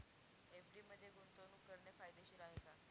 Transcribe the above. FD मध्ये गुंतवणूक करणे फायदेशीर आहे का?